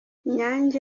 inyange